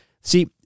see